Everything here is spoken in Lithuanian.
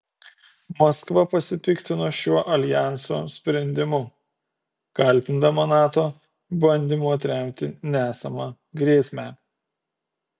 maskva pasipiktino šiuo aljanso sprendimu kaltindama nato bandymu atremti nesamą grėsmę